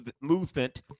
movement